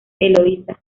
eloísa